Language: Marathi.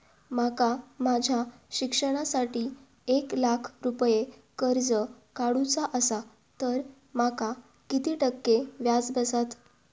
माका माझ्या शिक्षणासाठी एक लाख रुपये कर्ज काढू चा असा तर माका किती टक्के व्याज बसात?